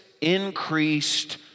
increased